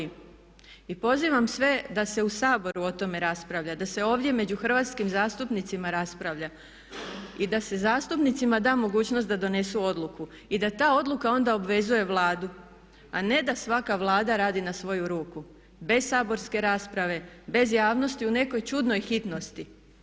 I pozivam sve da se u Saboru o tome raspravlja, da se ovdje među hrvatskim zastupnicima raspravlja i da se zastupnicima da mogućnost da donesu odluku i da ta odluka onda obvezuje Vladu a ne da svaka Vlada radi na svoju ruku, bez saborske rasprave, bez javnosti u nekoj čudnoj hitnosti.